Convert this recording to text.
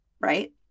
right